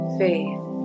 faith